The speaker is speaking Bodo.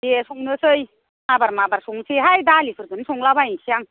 दे संनोसै माबार माबार संसैहाय दालिफोरखौनो संलाबायसां